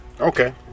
okay